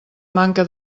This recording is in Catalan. manca